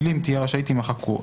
יימחקו."